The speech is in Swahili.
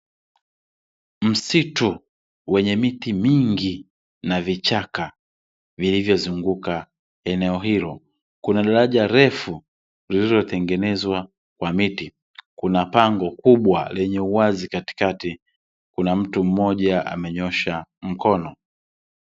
Msitu wenye miti mingi na vichaka vilivyozunguka eneo hilo, kuna daraja refu lililotengenezwa kwa miti, kuna pango kubwa lenye uwazi katikati, kuna mtu mmoja amenyoosha mkono.